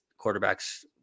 quarterbacks